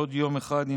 עוד יום אחד,